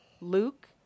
Luke